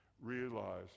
Realize